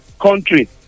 country